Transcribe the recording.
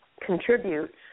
contribute